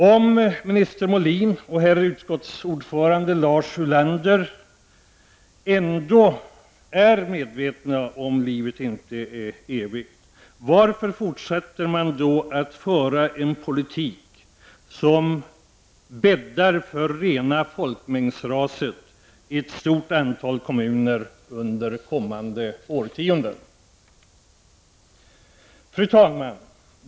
Om minister Molin och herr utskottsordförande Lars Ulander är medvetna om detta, varför fortsätter man då att föra en politik som bäddar för rena folkmängdsraset i ett stort antal kommuner under kommande årtionden? Fru talman!